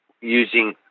using